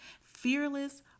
fearless